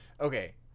Okay